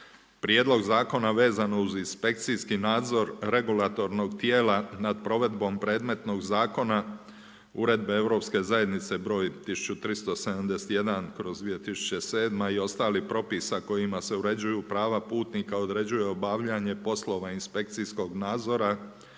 Prijedlog zakona vezan uz inspekcijski nadzor regulatornog tijela nad provedbom predmetnog zakona Uredbe Europske zajednice br. 1371/2007 i ostalih propisa kojima se uređuju prava putnika, određuje obavljanje poslova inspekcijskog nadzora,